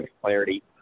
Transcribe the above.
clarity